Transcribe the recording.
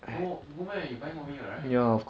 no no meh you buy for me [what] right